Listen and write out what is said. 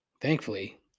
Thankfully